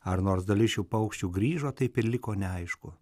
ar nors dalis šių paukščių grįžo taip ir liko neaišku